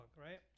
right